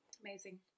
Amazing